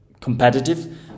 Competitive